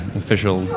official